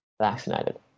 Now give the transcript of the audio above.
vaccinated